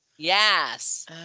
Yes